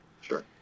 sure